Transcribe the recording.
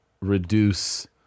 reduce